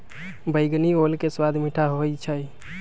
बइगनी ओल के सवाद मीठ होइ छइ